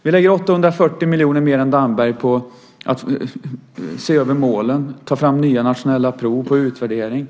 Vi lägger 840 miljoner mer än Damberg på att se över målen och ta fram nya nationella prov och utvärderingar.